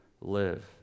live